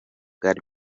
god